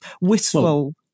wistful